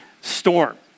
storm